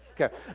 Okay